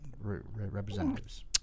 representatives